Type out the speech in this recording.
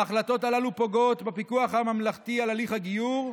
ההחלטות הללו פוגעות בפיקוח הממלכתי על הליך הגיור,